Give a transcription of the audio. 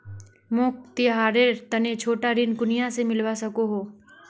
मोक त्योहारेर तने छोटा ऋण कुनियाँ से मिलवा सको हो?